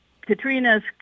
Katrina's